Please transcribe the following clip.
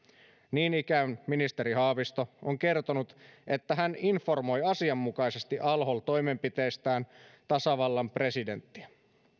niin ikään ministeri haavisto on kertonut että hän informoi asianmukaisesti al hol toimenpiteistään tasavallan presidenttiä